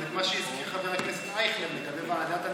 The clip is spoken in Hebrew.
אבל מה שהזכיר חבר הכנסת אייכלר לגבי ועדת הנחות,